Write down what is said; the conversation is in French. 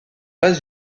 pas